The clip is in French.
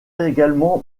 également